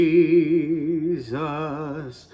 Jesus